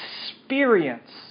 experience